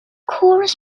chorus